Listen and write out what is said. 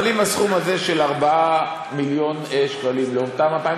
אבל אם הסכום הזה של 4 מיליון שקלים לאותם 2,000,